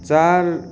चार